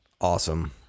awesome